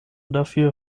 dafür